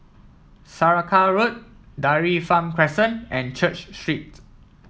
Saraca Road Dairy Farm Crescent and Church Street